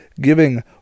giving